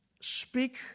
speak